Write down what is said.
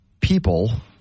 People